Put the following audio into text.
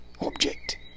object